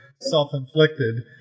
self-inflicted